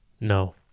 No